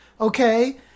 okay